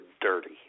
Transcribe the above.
dirty